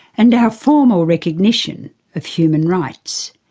and our formal recognition of human rights.